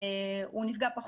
הוא נפגע פחות,